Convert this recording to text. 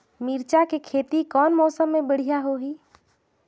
मिरचा के खेती कौन मौसम मे बढ़िया होही?